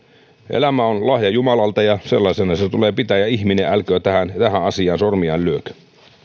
elämä on lahja jumalalta ja sellaisena se tulee pitää ja ihminen älköön tähän tähän asiaan sormiaan lyökö